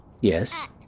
Yes